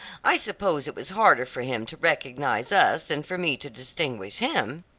i suppose it was harder for him to recognize us than for me to distinguish him.